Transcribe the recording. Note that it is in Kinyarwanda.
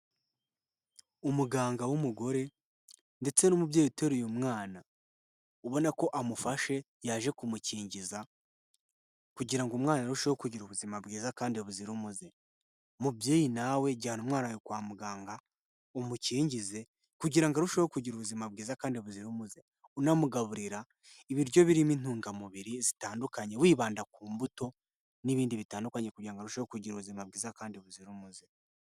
Umuganga w'umugore ndetse n'umubyeyi uteruye mwana, ubona ko amufashe yaje kumukingiza kugira ngo umwana arusheho kugira ubuzima bwiza kandi buzira umuze. Umubyeyi nawe jyana umwana kwa muganga, umukingize kugira ngo arusheho kugira ubuzima bwiza kandi buzira umuze, unamugaburira ibiryo birimo intungamubiri zitandukanye wibanda ku mbuto n'ibindi bitandukanye kugira ngo arusheho kugira ubuzima bwiza kandi buzira umuze.